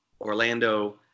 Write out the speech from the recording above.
Orlando